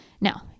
Now